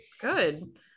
good